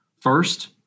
First